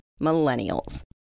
Millennials